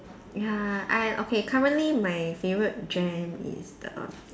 ya I okay currently my favorite jam is the